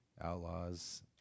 outlaws